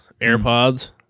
AirPods